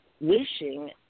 wishing